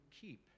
keep